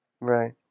right